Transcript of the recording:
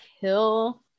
kill